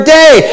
day